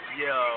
yo